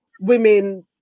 women